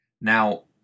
Now